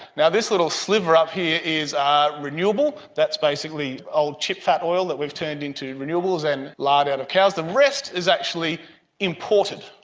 this little sliver up here is ah renewable, that's basically old chip fat oil that we've turned into renewables, and lard out of cows. the rest is actually imported,